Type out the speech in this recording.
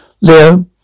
Leo